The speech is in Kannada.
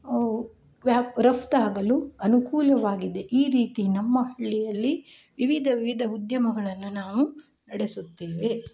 ವ್ಯಾ ರಫ್ತಾಗಲು ಅನುಕೂಲವಾಗಿದೆ ಈ ರೀತಿ ನಮ್ಮ ಹಳ್ಳಿಯಲ್ಲಿ ವಿವಿಧ ವಿವಿಧ ಉದ್ಯಮಗಳನ್ನು ನಾವು ನಡೆಸುತ್ತೇವೆ